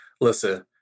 Listen